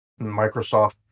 Microsoft